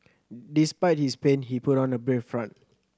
despite his pain he put on a brave front